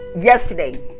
yesterday